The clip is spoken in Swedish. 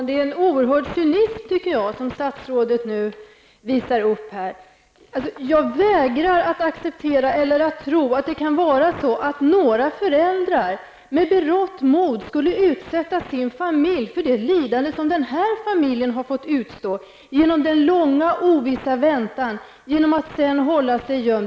Herr talman! Det är en oerhörd cynism som statsrådet visar upp. Jag vägrar att acceptera eller att tro att några föräldrar med berått mod skulle utsätta sin familj för det lidande som den här familjen har fått utstå genom den långa ovissa väntetiden och genom att hålla sig gömd.